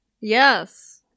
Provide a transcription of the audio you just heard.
yes